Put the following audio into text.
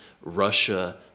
Russia